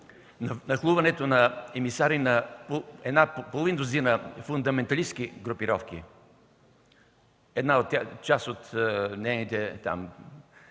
нахлуването на емисари на половин дузина фундаменталистки групировки. Една част от нейните